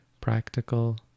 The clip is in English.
practical